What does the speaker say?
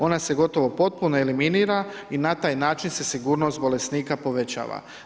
Ona se gotovo potpuno eliminira i na taj način se sigurnost bolesnika povećava.